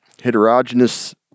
heterogeneous